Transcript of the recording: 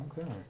Okay